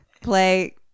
play